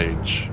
Age